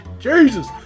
Jesus